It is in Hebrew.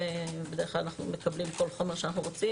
בדרך כלל אנחנו מקבלים כל חומר שאנחנו רוצים